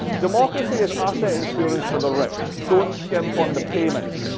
democracy is asset insurance for the rich. don't skimp on the payments.